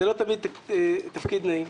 זה לא תמיד תפקיד נעים,